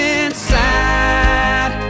inside